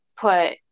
put